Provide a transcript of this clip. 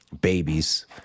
babies